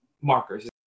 markers